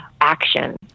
action